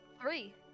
Three